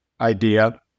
idea